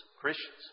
Christians